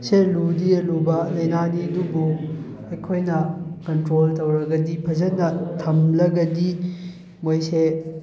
ꯁꯦ ꯂꯨꯗꯤ ꯑꯔꯨꯕ ꯂꯩꯅꯥꯅꯤ ꯑꯗꯨꯕꯨ ꯑꯩꯈꯣꯏꯅ ꯀꯟꯇ꯭ꯔꯣꯜ ꯇꯧꯔꯒꯗꯤ ꯐꯖꯅ ꯊꯝꯂꯒꯗꯤ ꯃꯣꯏꯁꯦ